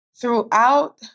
throughout